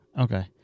okay